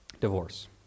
Divorce